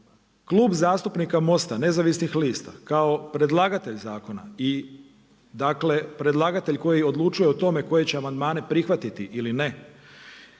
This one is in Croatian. Klub zastupnika Most-a nezavisnih lista kao predlagatelj zakona i predlagatelj koji odlučuje o tome koje će amandmane prihvatiti ili ne,